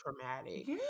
traumatic